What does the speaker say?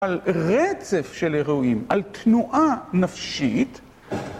על רצף של אירועים, על תנועה נפשית